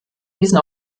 diesen